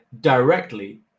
directly